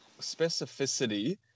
specificity